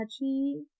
touchy